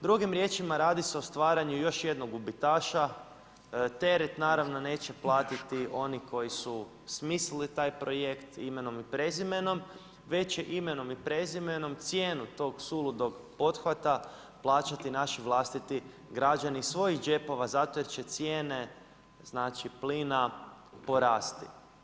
Drugim riječima radi se o stvaranju još jednog gubitaša, teret naravno neće platiti oni koji su smislili taj projekt imenom i prezimenom, već će imenom i prezimenom cijenu tog suludog pothvata plaćati naši vlastiti građani iz svojih džepova zato jer će cijene plina porasti.